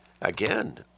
again